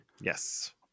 Yes